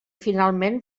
finalment